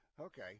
Okay